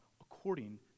according